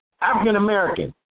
African-American